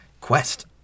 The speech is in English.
quest